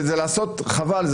חבל,